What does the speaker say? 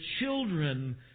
children